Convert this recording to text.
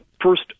First